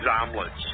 omelets